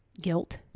guilt